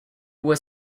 was